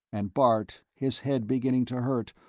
and bart, his head beginning to hurt,